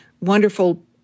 wonderful